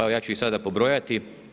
Evo ja ću ih sada pobrojati.